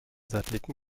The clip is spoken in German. satelliten